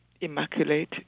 immaculate